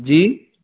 जी